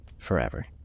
forever